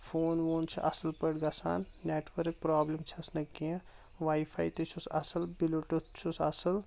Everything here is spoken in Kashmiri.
فون وون چھُ اصل پٲٹھۍ گژھان نٮ۪ٹورک پرابلم چھس نہٕ کیٚنٛہہ واے فاے تہٕ چھُس اصل بلوٗٹوتھ چھُس اصل